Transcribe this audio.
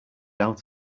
out